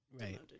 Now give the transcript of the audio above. Right